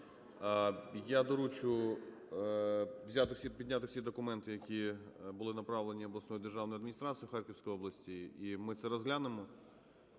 Я доручу підняти всі документи, які були направлені обласною державною адміністрацією Харківської області, і ми це розглянемо.